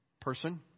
person